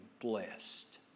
blessed